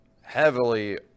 heavily